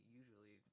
usually